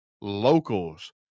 locals